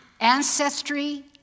ancestry